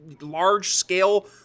large-scale